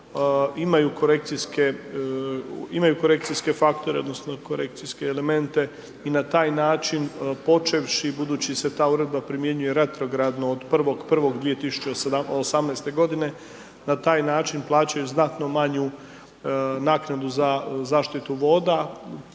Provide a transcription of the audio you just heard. imaju korekcijske faktore odnosno korekcijske elemente i na taj način, počevši budući se ta uredba primjenjuje retrogradno od 01.01.2018. godine na taj način plaćaju znatno manju naknadu za zaštitu voda.